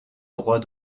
droit